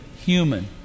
human